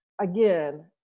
again